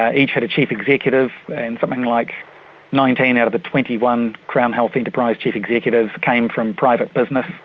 ah each had a chief executive and something like nineteen out of the twenty one crown health enterprise chief executives came from private business,